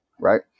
Right